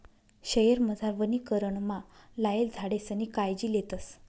शयेरमझार वनीकरणमा लायेल झाडेसनी कायजी लेतस